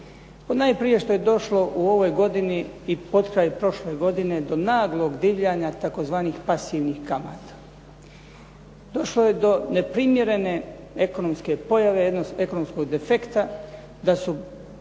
Ponajprije što je došlo u ovoj godini i potkraj prošle godine do naglog divljanja tzv. pasivnih kamata. Došlo je do neprimjerene ekonomske pojave, jednog ekonomskog defekta da su kamate na